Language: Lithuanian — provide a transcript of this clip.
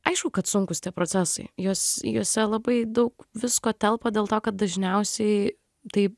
aišku kad sunkūs tie procesai jos juose labai daug visko telpa dėl to kad dažniausiai taip